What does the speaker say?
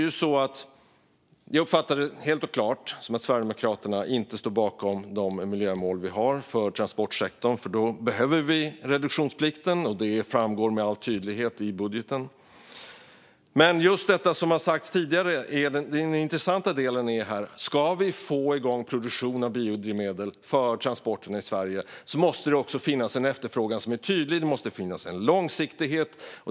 Jag uppfattar det helt klart som att Sverigedemokraterna inte står bakom de miljömål vi har för transportsektorn, för om vi ska nå dem behöver vi reduktionsplikten. Det framgår med all tydlighet av budgeten. Den intressanta delen här är att om vi ska få igång produktion av biodrivmedel för transporterna i Sverige måste det finnas en efterfrågan som är tydlig, och det måste finnas en långsiktighet.